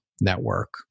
network